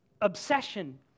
obsession